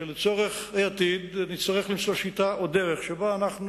שלצורך העתיד נצטרך למצוא שיטה או דרך שבה אנחנו